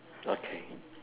okay